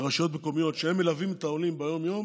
ברשויות המקומיות, שהם מלווים את העולים ביום-יום